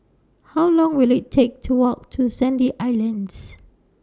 How Long Will IT Take to Walk to Sandy Islands